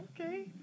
okay